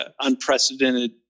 unprecedented